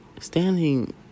standing